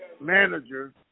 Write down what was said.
manager